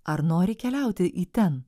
ar nori keliauti į ten